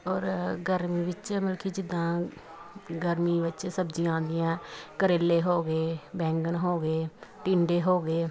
ਔਰ ਗਰਮੀ ਵਿੱਚ ਮਲਕੀ ਜਿੱਦਾਂ ਗਰਮੀ ਵਿੱਚ ਸਬਜ਼ੀਆਂ ਆਉਂਦੀਆਂ ਕਰੇਲੇ ਹੋ ਗਏ ਬੈਂਗਣ ਹੋ ਗਏ ਟਿੰਡੇ ਹੋ ਗਏ